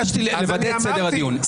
ביקשתי לוודא את סדר הדיון.